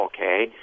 okay